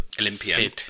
Olympian